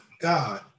God